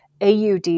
AUD